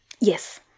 Yes